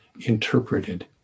interpreted